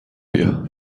بیا